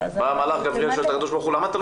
בא המלאך גבריאל ושואל את הקב"ה 'למה אתה לא